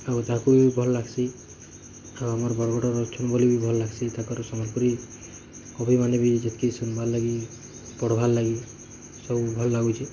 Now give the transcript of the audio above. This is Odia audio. ଆଉ ତାକୁ ବି ଭଲ୍ ଲାଗ୍ସି ଆଉ ଆମର୍ ବରଗଡ଼ର ଚୁମ୍ବଲ୍ ବି ଭଲ୍ ଲାଗ୍ସି ତାକର ସମ୍ବଲପୁରୀ କବିମାନେ ବି ଯେତିକି ଶୁନିବାର୍ ଲାଗି ପଢ଼୍ବାର୍ ଲାଗି ସବୁ ଭଲ୍ ଲାଗୁଛି